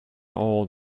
old